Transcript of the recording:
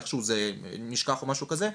איכשהו זה נשכח או משהו כזה,